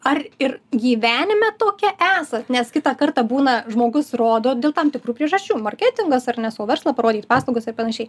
ar ir gyvenime tokia esat nes kitą kartą būna žmogus rodo dėl tam tikrų priežasčių marketingas ar ne savo verslą parodyt paslaugas ir panašiai